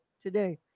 today